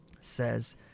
says